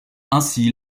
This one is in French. ainsi